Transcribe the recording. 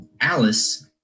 Alice